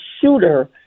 shooter